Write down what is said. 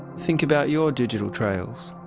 think about your digital trails.